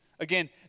Again